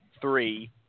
three